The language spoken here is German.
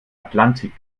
atlantik